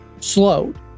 slowed